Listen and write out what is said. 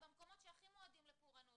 במקומות שהכי מועדים לפורענות,